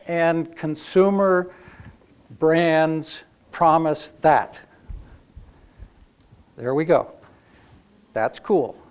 and consumer brands promise that there we go that's cool